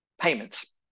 payments